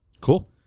Cool